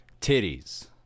Titties